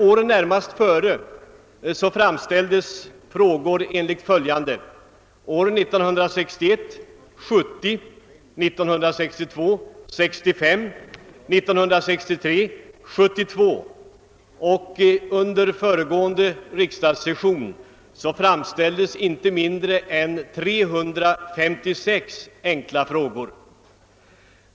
Åren närmast före ställdes följande antal frågor: år 1961 70, år 1962 65 och år 1963 72. Men under föregående riksdagssession ställdes inte mindre än 356 enkla frågor!